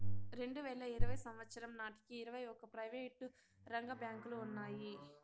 రెండువేల ఇరవై సంవచ్చరం నాటికి ఇరవై ఒక్క ప్రైవేటు రంగ బ్యాంకులు ఉన్నాయి